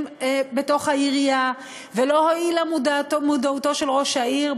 בתוך העירייה ולא הועילה מודעותו של ראש העיר.